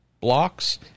blocks